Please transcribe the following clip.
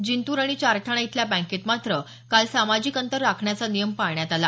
जिंतूर आणि चारठाणा इथल्या बँकेत मात्र काल सामाजिक अंतर राखण्याचा नियम पाळण्यात आला